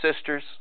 sisters